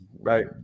Right